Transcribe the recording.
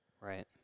Right